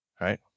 Right